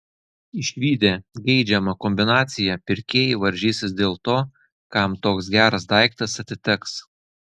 išvydę geidžiamą kombinaciją pirkėjai varžysis dėl to kam toks geras daiktas atiteks